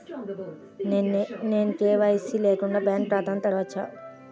నేను కే.వై.సి లేకుండా బ్యాంక్ ఖాతాను తెరవవచ్చా?